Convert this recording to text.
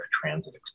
transit